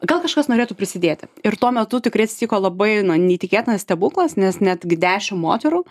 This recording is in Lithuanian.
gal kažkas norėtų prisidėti ir tuo metu tikrai atsitiko labai na neįtikėtinas stebuklas nes netgi dešim moterų